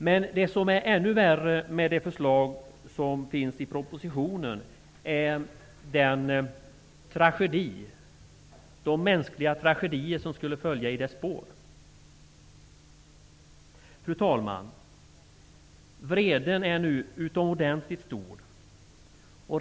Men vad som är ännu värre med de förslag som finns i propositionen är de mänskliga tragedier som skulle följa i dess spår. Fru talman! Vreden är nu utomordentligt stor.